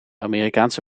amerikaanse